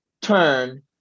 turn